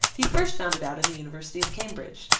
he first found it out in the university of cambridge.